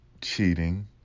cheating